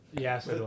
yes